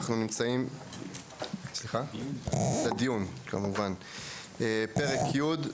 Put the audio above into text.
אנחנו בפרק י',